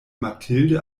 mathilde